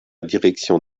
direction